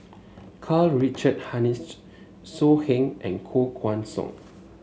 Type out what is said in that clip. Karl Richard Hanitsch So Heng and Koh Guan Song